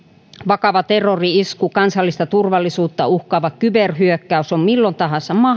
vakava terrori isku kansallista turvallisuutta uhkaava kyberhyökkäys on milloin tahansa